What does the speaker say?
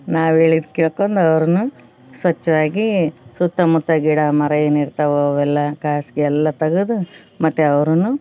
ನಾವು ಹೇಳಿದ್ದು ಕೇಳ್ಕೊಂಡು ಅವರೂನು ಸ್ವಚ್ಛವಾಗಿ ಸುತ್ತಮುತ್ತ ಗಿಡ ಮರ ಏನಿರ್ತವೋ ಅವೆಲ್ಲ ಕಾಸಿಗೆಲ್ಲ ತೆಗೆದು ಮತ್ತೆ ಅವರೂನು